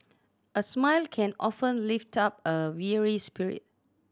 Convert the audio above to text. a smile can often lift up a weary spirit